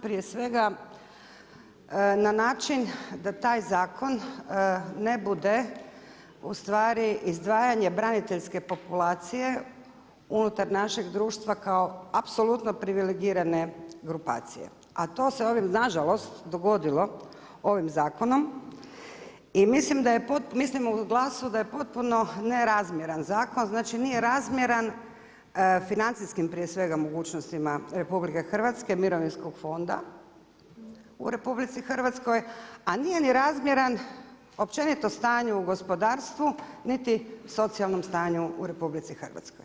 Prije svega na način da taj zakon ne bude ustvari izdvajanje braniteljske populacije unutar našeg društva kao apsolutno privilegirane grupacije a to se nažalost dogodilo ovim zakonom i mislimo u GLAS-u da je potpuno nerazmjeran zakon, znači nije razmjeran financijskim prije svega mogućnostima RH, mirovinskog fonda u RH, a nije ni razmjeran općenito u stanju u gospodarstvu niti socijalnom stanju u RH.